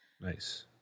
nice